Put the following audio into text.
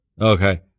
Okay